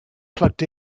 plugged